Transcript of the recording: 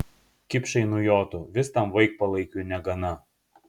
kipšai nujotų vis tam vaikpalaikiui negana